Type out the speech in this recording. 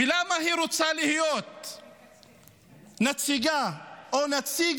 ולמה היא רוצה להיות נציגה או שיהיה נציג